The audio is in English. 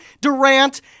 Durant